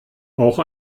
auch